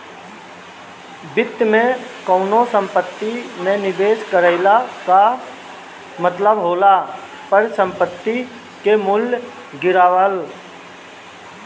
वित्त में कवनो संपत्ति में निवेश कईला कअ मतलब होला परिसंपत्ति के मूल्य गिरावल